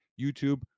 YouTube